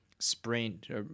sprint